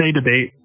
debate